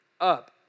up